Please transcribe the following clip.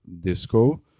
disco